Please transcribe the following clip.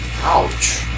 Ouch